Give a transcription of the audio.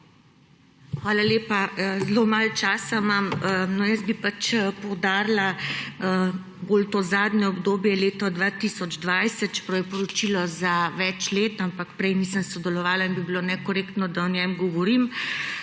Hvala lepa. Zelo malo časa imam. Jaz bi poudarila bolj to zadnjo obdobje, leto 2020, čeprav je poročilo za več let, ampak prej nisem sodelovala in bi bilo nekorektno, da o njem govorim.